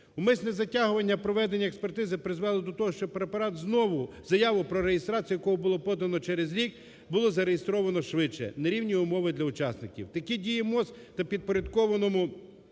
Умисне затягування проведення експертизи призвело до того, що препарат знову… заяву про реєстрацію якого було подано через рік, було зареєстровано швидше. Нерівні умови для учасників. Такі дії МОЗ та підпорядкованого